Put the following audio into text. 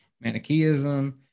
Manichaeism